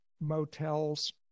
motels